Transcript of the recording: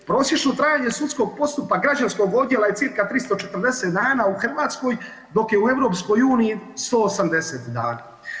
Prosječno trajanje sudskog postupka građanskog odjela je cca 340 dana u Hrvatskoj dok je u EU 180 dana.